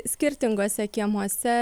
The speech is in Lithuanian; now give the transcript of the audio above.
skirtinguose kiemuose